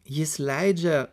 jis leidžia